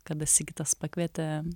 kada sigitas pakvietė